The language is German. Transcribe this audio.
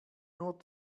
nur